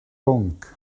bwnc